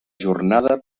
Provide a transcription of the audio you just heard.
jornada